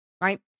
right